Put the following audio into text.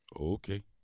Okay